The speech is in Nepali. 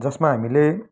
जसमा हामीले